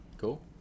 Cool